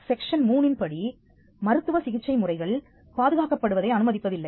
section 3 இன் படி மருத்துவ சிகிச்சை முறைகள் பாதுகாக்கப்படுவதை அனுமதிப்பதில்லை